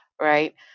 right